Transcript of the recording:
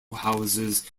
houses